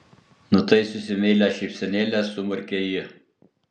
nutaisiusi meilią šypsenėlę sumurkė ji